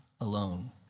alone